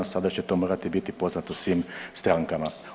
Sada će to morati biti poznato svim strankama.